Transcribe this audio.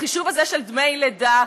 בחישוב הזה של דמי לידה,